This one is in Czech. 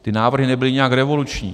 Ty návrhy nebyly nijak revoluční.